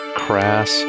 crass